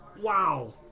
wow